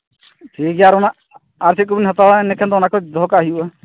ᱴᱷᱤᱠᱜᱮᱭᱟ ᱟᱨ ᱚᱱᱟ ᱟᱨ ᱪᱮᱫ ᱠᱚᱵᱮᱱ ᱦᱟᱛᱪᱟᱣᱟ ᱤᱱᱟᱹ ᱠᱷᱟᱱ ᱫᱚ ᱚᱱᱟ ᱫᱚᱦᱚ ᱠᱟᱜ ᱦᱩᱭᱩᱜᱼᱟ